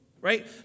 right